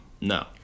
No